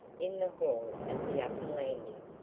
in the hall at the upper landing,